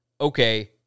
okay